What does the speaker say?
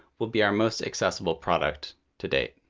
will be our most accessible product to date.